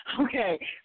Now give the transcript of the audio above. Okay